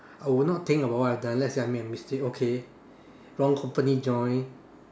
I would not think about what I've done let's say I made a mistake okay wrong company join